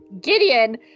Gideon